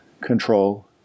control